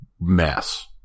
mess